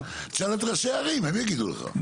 תשאל את ראשי הערים הם יגידו לך,